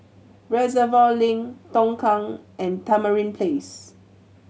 Reservoir Link Tongkang and Tamarind Place